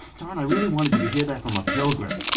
darn, i really wanted you to hear that from a pilgrim.